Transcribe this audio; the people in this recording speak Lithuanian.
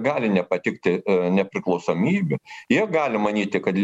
gali nepatikti nepriklausomybė jie gali manyti kad